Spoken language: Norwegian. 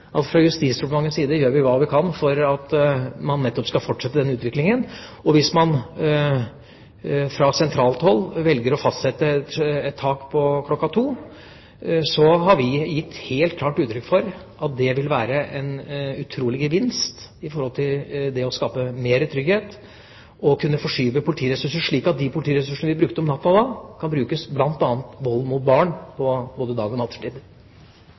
at vi fra Justisdepartementets side gjør hva vi kan for at man nettopp skal fortsette den utviklingen. Hvis man fra sentralt hold velger å fastsette taket til kl. 02.00, har vi gitt helt klart uttrykk for at det vil være en utrolig gevinst med tanke på å skape mer trygghet og å kunne forskyve politiressurser, slik at de ressursene vi brukte om natta, bl.a. kan brukes mot vold mot barn på både dagtid og